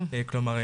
כלומר,